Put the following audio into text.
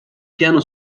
piano